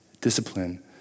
discipline